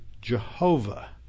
Jehovah